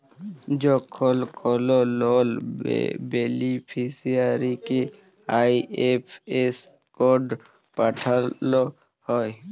যখল কল লল বেলিফিসিয়ারিকে আই.এফ.এস কড পাঠাল হ্যয়